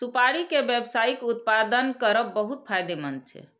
सुपारी के व्यावसायिक उत्पादन करब बहुत फायदेमंद छै